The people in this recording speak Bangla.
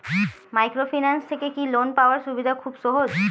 মাইক্রোফিন্যান্স থেকে কি লোন পাওয়ার সুবিধা খুব সহজ?